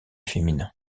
féminins